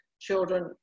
children